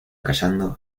callando